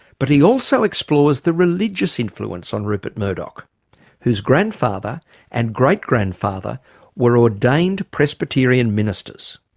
but he also explores the religious influence on rupert murdoch whose grandfather and great-grandfather were ordained presbyterian ministers.